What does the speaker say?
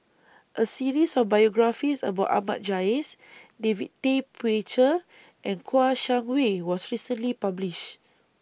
A series of biographies about Ahmad Jais David Tay Poey Cher and Kouo Shang Wei was recently published